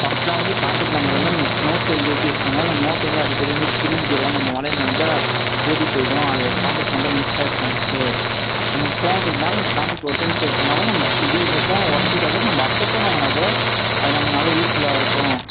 ஃபஸ்டெலாம் வந்து காண்டக்ட் நம்பரை வந்து நோட்டில் எழுதி வச்சு யூஸ் பண்ணுவோம் அந்த நோட் வந்து அடிக்கடி வந்து கிழிஞ்சுடும் நம்ம மழையில் நனைஞ்சா ஊறி போய்டும் அது காண்டக்ட் நம்பரும் மிஸ் ஆகிடும் நமக்கு நம்ம ஃபோன் இருந்தால் நம்ம காண்டக்ட் ஒரு டைம் சேவ் பண்ணாலும் நம்ம இதே இந்த ஃபோன் ஒடஞ்சிட்டால் கூட நம்ம அடுத்த ஃபோன் வாங்கினா கூட அது நம்மளால யூஸ் ஃபுல்லாக இருக்கும்